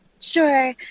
Sure